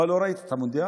מה, לא ראית את המונדיאל?